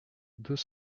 deux